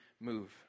move